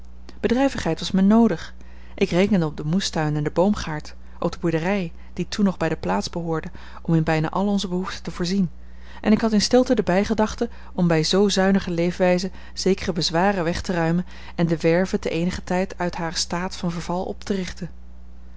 bedrijvigheid was mij noodig ik rekende op den moestuin en den boomgaard op de boerderij die toen nog bij de plaats behoorde om in bijna al onze behoeften te voorzien en ik had in stilte de bijgedachte om bij zoo zuinige leefwijze zekere bezwaren weg te ruimen en de werve te eenigen tijd uit haar staat van verval op te richten